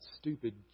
stupid